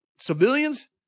civilians